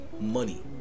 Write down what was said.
money